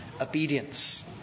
obedience